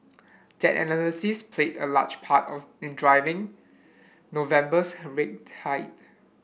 that analysis played a large part of in driving November's rate hike